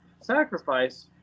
Sacrifice